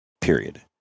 period